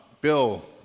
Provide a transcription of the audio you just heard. Bill